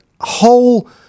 whole